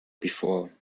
before